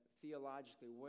theologically